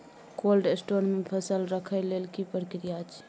Cold store मे फसल रखय लेल की प्रक्रिया अछि?